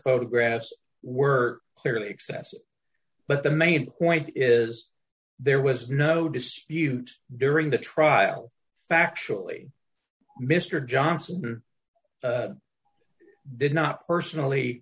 photographs were clearly excessive but the main point is there was no dispute during the trial factually mr johnson did not personally